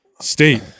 state